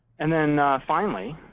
and then finally,